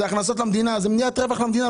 זאת הכנסה למדינה וזאת מניעת רווח למדינה.